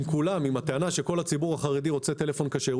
אם הטענה שכל הציבור החרדי רוצה טלפון כשר,